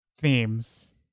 themes